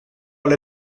alle